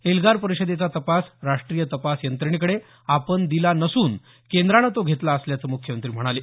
एल्गार परिषदेचा तपास राष्ट्रीय तपास यंत्रणेकडे आपण दिला नसून केंद्रानं तो घेतला असल्याचं मुख्यमंत्री म्हणाले